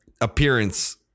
appearance